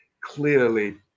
clearly